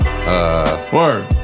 Word